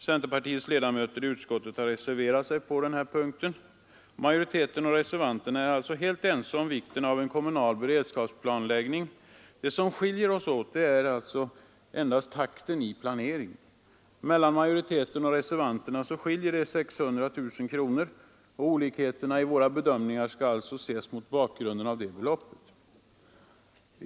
Centerns ledamöter i utskottet har reserverat sig på denna punkt. Majoriteten och reservanterna är alltså helt ense om vikten av en kommunal beredskapsplanläggning. Det som skiljer oss åt är endast åsikterna om takten i planeringen. Skillnaden mellan de belopp som majoriteten och reservanterna föreslår är 600 000 kronor, och olikheterna i våra bedömningar skall alltså ses mot bakgrund av det beloppet.